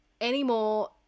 anymore